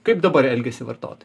kaip dabar elgiasi vartot